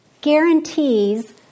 guarantees